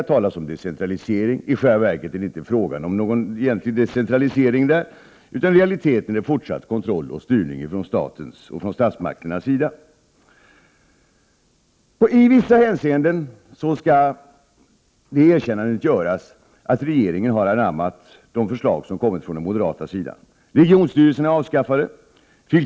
Det talas om decentralisering, men i själva verket är det inte fråga om någon egentlig decentralisering, utan i realiteten en fortsatt kontroll och styrning från statens och statsmakternas sida. I vissa hänseenden skall det erkännandet göras att regeringen har anammat de förslag som kommit från moderaterna. Regionsstyrelserna är avskaffade, fil.